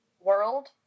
world